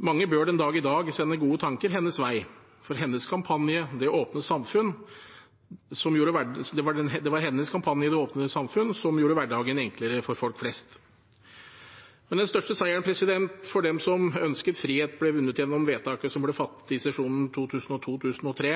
Mange bør den dag i dag sende gode tanker hennes vei, for det var hennes kampanje, «Det åpne samfunn», som gjorde hverdagen enklere for folk flest. Men den største seieren for dem som ønsket frihet, ble vunnet gjennom vedtaket som ble fattet i stortingssesjonen 2002–2003,